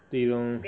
对 loh